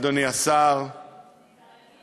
אדוני השר, אדוני השר.